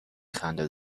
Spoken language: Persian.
خنده